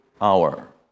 hour